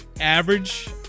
average